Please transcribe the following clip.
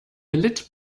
litt